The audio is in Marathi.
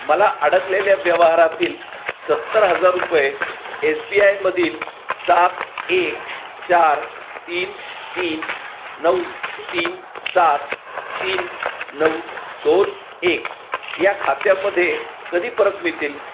मला अडकलेल्या व्यवहारातील सत्तर हजार रुपये एस बी आयमधील सात एक चार तीन तीन नऊ तीन सात तीन नऊ दोन एक या खात्यामध्ये कधी परत मिळतील